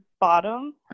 bottom